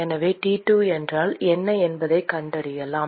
எனவே T2 என்றால் என்ன என்பதைக் கண்டறியலாம்